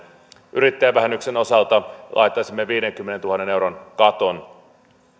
yrittäjävähennyksen osalta laittaisimme viidenkymmenentuhannen euron katon